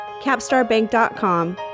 CapstarBank.com